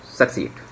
succeed